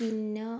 പിന്നെ